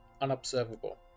Unobservable